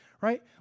Right